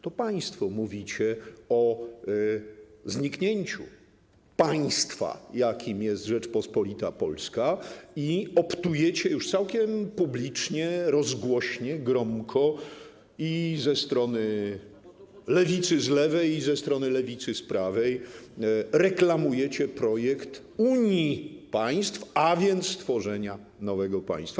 To państwo mówicie o zniknięciu państwa, jakim jest Rzeczpospolita Polska, i optujecie już całkiem publicznie, rozgłośnie, gromko - i ze strony lewicy z lewej, i ze strony lewicy z prawej - reklamujecie projekt unii państw, a więc stworzenia nowego państwa.